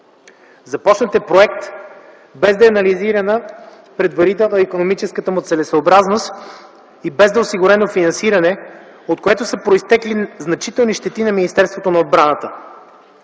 Започнат е проект, без да е анализирана предварително икономическата му целесъобразност и без да е осигурено финансиране, от което са произлезли значителни щети за Министерство на отбраната.